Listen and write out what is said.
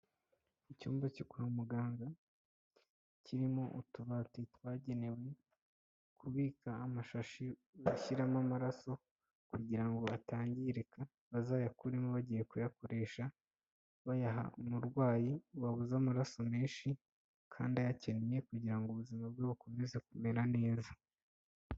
Icyumba cyo kwa muganga, kirimo utubati twagenewe kubika amashashi bashyiramo amaraso kugira ngo atangirika, bazayakuremo bagiye kuyakoresha bayaha umurwayi wabuze amaraso menshi kandi ayakeneye, kugira ngo ubuzima bwe bukomeze kumera neza.